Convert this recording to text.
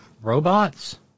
robots